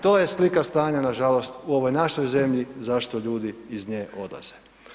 To je slika stanja, nažalost u ovoj našoj zemlji, zašto ljudi iz nje odlaze.